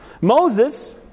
Moses